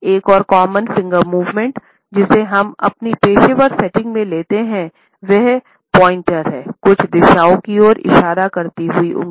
एक और common finger movement जिसे हम अपनी पेशेवर सेटिंग में लेते हैं वह पॉइंटर है कुछ दिशाओं की ओर इशारा करती हुई उंगली